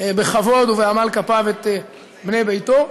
בכבוד ובעמל כפיו את בני ביתו,